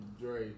Dre